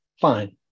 Fine